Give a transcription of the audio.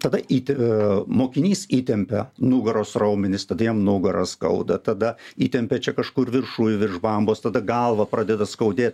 tada įte mokinys įtempia nugaros raumenis tada jam nugarą skauda tada įtempia čia kažkur viršuj virš bambos tada galvą pradeda skaudėt